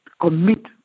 commit